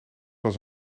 was